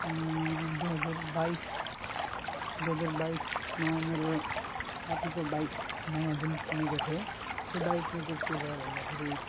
दुई हजार बाइस दुई हजार बाइसमा मेरो साथीको बाइक नयाँ जुन किनेको थियो त्यो बाइकमा चाहिँ के भयो भन्दाखेरि